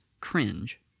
cringe